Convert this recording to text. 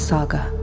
Saga